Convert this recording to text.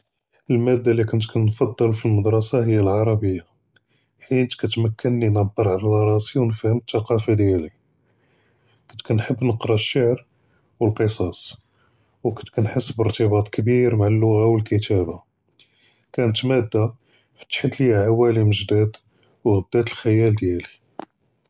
אֶלְמַדָּה לִי כַּאנְת כַּאנְפַדֶּל פִי אֶלְמַדְרַסָה הִי אֶלְעַרַבִיָה חִיַת כְּתְמַכְּנִי נְעַבֵּר עַל רַאסִי וְנְפְהַם אֶלְתַּקַּפָּה דִּיַאלִי, כַּאנְת כַּאנְחֵבּ נְקְרָא אֶש־שִׁעְר וְאֶלְקְסַאס, וְכַאנְت כַּאנְחִסּ בְּאִירְתִבַּاط גְּדִיר מַעַּ אֶלְלוּגָה וְאֶלְכִּתָּאבָה, כָּانְת מַדָּה פַּתַחַת לִיַא עָוָאלֵם גְּדּוּד וְעַזַּת אֶלְחִיַּאל דִּיַאלִי.